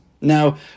Now